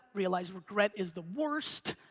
realize regret is the worst,